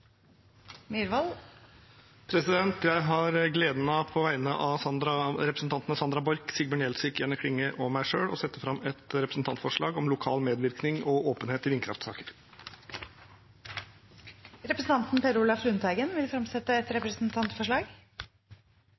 Jeg har gleden av på vegne av representantene Sandra Borch, Sigbjørn Gjelsvik, Jenny Klinge og meg selv å sette fram et representantforslag om lokal medvirkning og åpenhet i vindkraftsaker. Representanten Per Olaf Lundteigen vil fremsette et representantforslag.